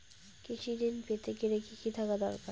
কৃষিঋণ পেতে গেলে কি কি থাকা দরকার?